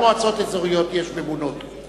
אתה לא יודע כמה מועצות אזוריות ממונות יש?